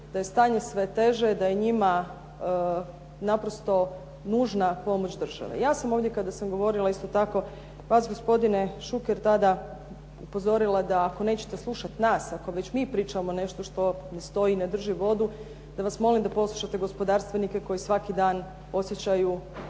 da je stanje sve teže, da je njima naprosto nužna pomoć države. Ja sam kada sam ovdje govorila isto tako vas gospodine Šuker tada upozorila da ako nećete slušati nas, ako već mi pričamo nešto što ne stoji, ne drži vodu, da vas molim da poslušate gospodarstvenike koji svaki dan osjećaju